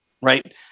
right